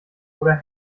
oder